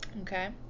okay